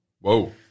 Whoa